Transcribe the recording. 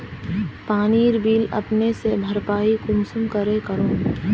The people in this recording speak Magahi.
पानीर बिल अपने से भरपाई कुंसम करे करूम?